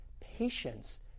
Patience